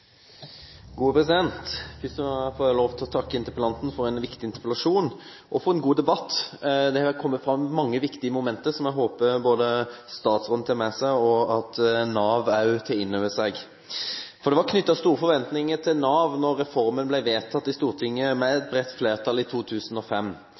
Først vil jeg takke interpellanten for en viktig interpellasjon, og for en god debatt. Det har kommet fram mange viktige momenter som jeg håper statsråden tar med seg – og også Nav tar inn over seg – for det var knyttet store forventninger til Nav da reformen ble vedtatt i Stortinget med